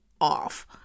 off